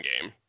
game